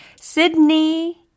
Sydney